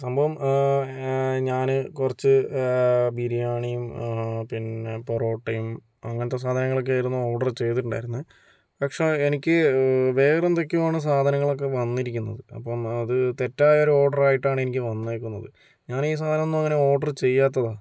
സംഭവം ഞാന് കുറച്ച് ബിരിയാണിയും പിന്നെ പൊറോട്ടയും അങ്ങനത്തെ സാധനങ്ങളൊക്കെ ആയിരുന്നു ഓഡറ് ചെയ്തിട്ടുണ്ടാരുന്നേ പക്ഷെ എനിക്ക് വേറെന്തൊക്കെയോ ആണ് സാധനങ്ങളൊക്കെ വന്നിരിക്കുന്നത് അപ്പം അത് തെറ്റായ ഒരു ഓഡറായിട്ടാണ് എനിക്ക് വന്നേക്കുന്നത് ഞാനീ സാധനങ്ങളൊന്നും അങ്ങനെ ഓഡറ് ചെയ്യാത്തതാണ്